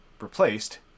replaced